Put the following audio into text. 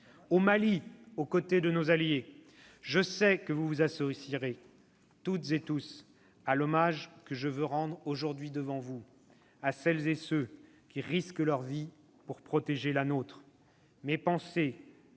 au Mali, aux côtés de nos alliés. Je sais que vous vous associerez tous à l'hommage que je veux rendre à celles et ceux qui risquent leur vie pour protéger la nôtre. Mes pensées